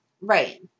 Right